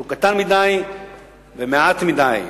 אבל הוא קטן מדי ומעט מדי.